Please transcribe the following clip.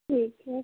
ठीक है